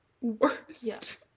worst